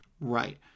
right